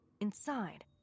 inside